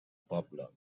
poble